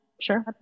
sure